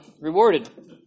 rewarded